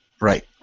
Right